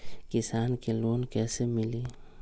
किसान के लोन कैसे मिली?